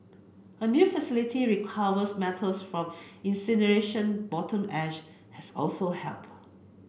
a new facility recovers metals from incineration bottom ash has also helped